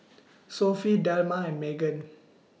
Sophie Delmar and Meaghan